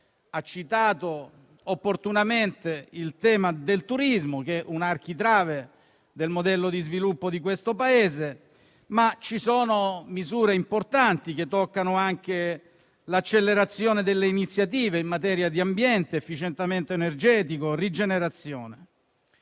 ha citato opportunamente il turismo, che è un architrave del modello di sviluppo di questo Paese. Ci sono misure importanti, che toccano anche l'accelerazione delle iniziative in materia di ambiente, efficientamento energetico e rigenerazione.